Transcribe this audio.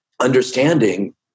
understanding